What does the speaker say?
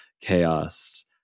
chaos